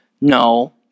no